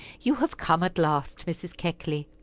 you have come at last. mrs. keckley,